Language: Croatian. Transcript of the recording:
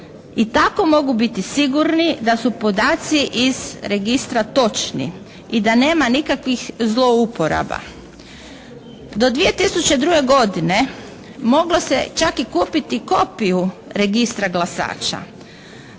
i tako mogu biti sigurni da su podaci iz registra točni i da nema nikakvih zlouporaba. Do 2002. godine moglo se čak kupiti kopiju registru glasača,